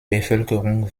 bevölkerung